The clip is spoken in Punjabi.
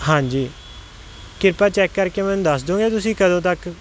ਹਾਂਜੀ ਕਿਰਪਾ ਚੈੱਕ ਕਰਕੇ ਮੈਨੂੰ ਦੱਸ ਦਿਉਂਗੇ ਤੁਸੀਂ ਕਦੋਂ ਤੱਕ